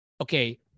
okay